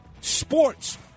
Sports